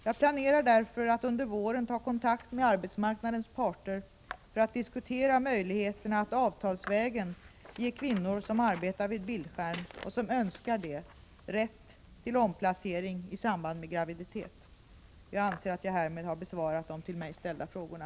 Jag planerar därför att under våren ta kontakt med arbetsmarknadens parter för att diskutera möjligheterna att avtalsvägen ge kvinnor som arbetar vid bildskärm och som önskar det rätt till omplacering i samband med graviditet. Jag anser att jag härmed besvarat de till mig ställda frågorna.